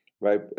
right